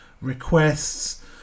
requests